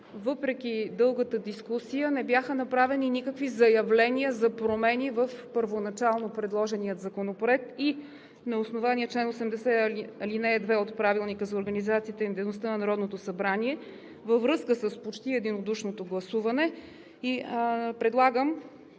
Въпреки дългата дискусия не бяха направени никакви заявления за промени в първоначално предложения законопроект и на основание чл. 80, ал. 2 от Правилника за организацията и дейността на Народното събрание във връзка с почти единодушното гласуване,